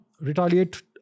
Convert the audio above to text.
retaliate